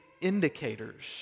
indicators